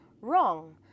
wrong